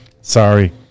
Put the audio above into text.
sorry